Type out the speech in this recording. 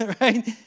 right